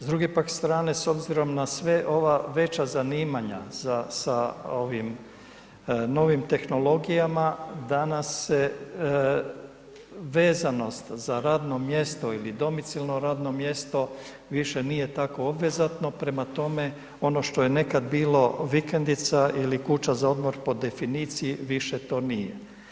S druge pak strane s obzirom na sve ova veća zanimanja za, sa ovim novim tehnologijama danas se vezanost za radno mjesto ili domicilno radno mjesto više nije tako obvezatno, prema tome ono što je nekad bilo vikendica ili kuća za odmor po definiciji više to nije.